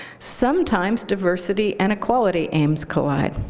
sometimes diversity and equality aims collide.